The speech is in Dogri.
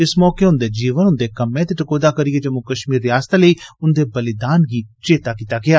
इस मौके उन्दे जीवन उन्दे कम्में ते टकोह्दा करिए जम्मू कश्मीर रियासतै लेई उन्दे बलिदान गी चेता कीता गेया